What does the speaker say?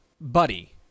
Buddy